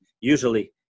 usually